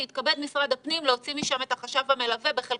שיתכבד משרד הפנים להוציא משם את החשב המלווה שיש